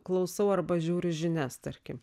klausau arba žiūriu žinias tarkim